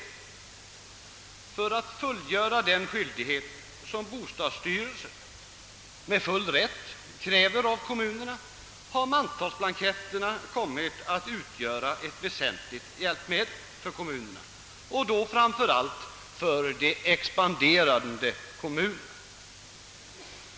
När kommunerna haft att fullgöra den skyldighet som bostadsstyrelsen med full rätt ålägger dem har mantalsuppgifterna utgjort ett väsentligt hjälpmedel för kommunerna, framför allt för de expanderande kommunerna.